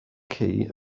key